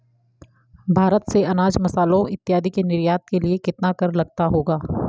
भारत से अनाज, मसालों इत्यादि के निर्यात के लिए कितना कर लगता होगा?